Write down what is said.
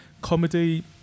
comedy